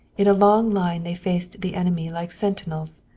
in a long line they faced the enemy like sentinels,